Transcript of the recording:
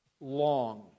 long